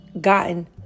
gotten